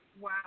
Wow